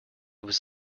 was